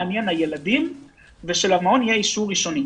מעניינים הילדים ושלמעון יהיה אישור ראשוני.